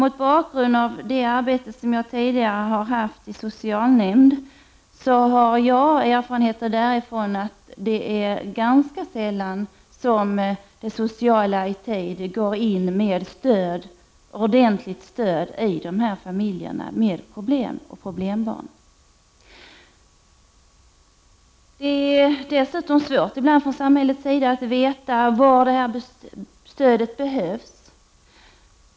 Från mitt tidigare arbete i en socialnämnd har jag erfarenheten att det är ganska sällan som det sociala i tid går in med ordentligt stöd till familjer med problem och problembarn. Det är dessutom ibland svårt för samhället att veta var stödet behövs.